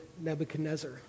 Nebuchadnezzar